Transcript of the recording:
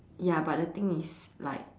ya but the thing is like